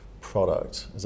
product